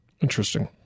Interesting